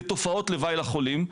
לתופעות לוואי לחולים,